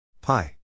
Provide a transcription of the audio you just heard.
Pi